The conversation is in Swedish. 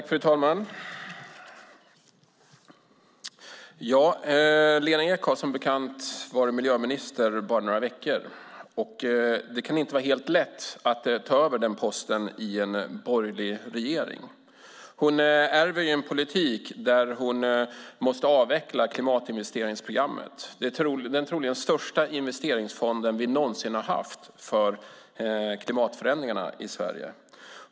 Fru talman! Lena Ek har som bekant varit miljöminister bara några veckor, och det kan inte vara helt lätt att ta över den posten i en borgerlig regering. Hon ärver ju en politik där hon måste avveckla klimatinvesteringsprogrammet, den troligen största investeringsfond vi någonsin har haft i Sverige för klimatförändringar.